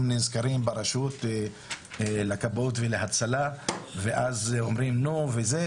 נזכרים ברשות לכבאות והצלה ואז אומרים 'נו וזה,